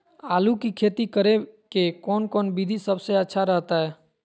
आलू की खेती करें के कौन कौन विधि सबसे अच्छा रहतय?